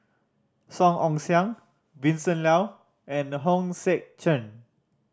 Song Ong Siang Vincent Leow and Hong Sek Chern